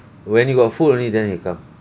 when you got food only then it come